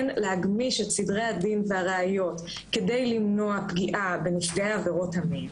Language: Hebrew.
כן להגמיש את סדרי הדין והראיות כדי למנוע פגיעה בנפגעי עבירות המין,